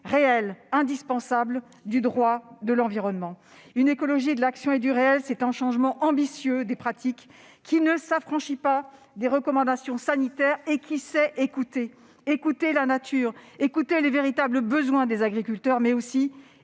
en matière de droit de l'environnement. Une « écologie de l'action et du réel », c'est un changement ambitieux des pratiques, qui ne s'affranchit pas des recommandations sanitaires et qui sait écouter : écouter la nature, écouter les véritables besoins des agriculteurs, mais aussi